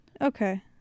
Okay